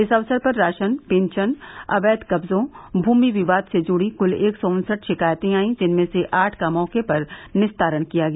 इस अवसर पर राशन पेंशन अवैध कब्जों भूमि विवाद से जुड़ी कुल एक सौ उनसठ शिकायतें आईं जिनमें से आठ का मौके पर निस्तारण किया गया